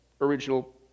original